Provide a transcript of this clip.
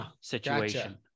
situation